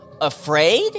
Afraid